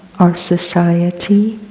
our society,